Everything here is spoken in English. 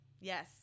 Yes